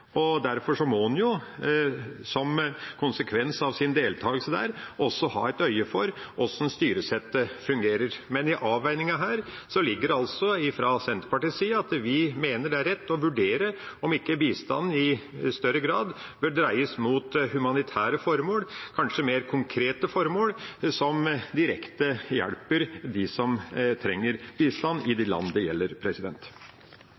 og derfor må en som en konsekvens av sin deltakelse der også ha øye for hvordan styresettet fungerer. Men i avveininga her ligger det altså fra Senterpartiets side at vi mener det er rett å vurdere om ikke bistanden i større grad bør dreies mot humanitære formål, kanskje mer konkrete formål, som direkte hjelper de som trenger bistand i de